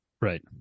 Right